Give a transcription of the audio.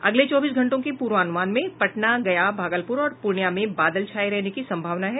अगले चौबीस घंटे के पूर्वानुमान में पटना गया भागलपुर और पूर्णियां में बादल छाये रहने की संभावना है